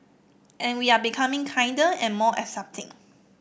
and we are becoming kinder and more accepting